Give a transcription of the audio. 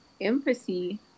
empathy